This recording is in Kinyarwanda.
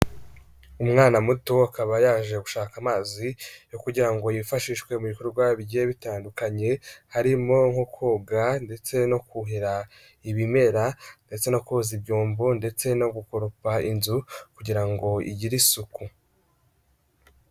Umwana muto akaba yaje gushaka amazi yo kugira ngo yifashishwe mu bikorwa bigiye bitandukanye, harimo nko koga ndetse no kuhira ibimera, ndetse no koza ibyombo ndetse no gukoropa inzu kugira ngo igire isuku.